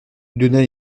donna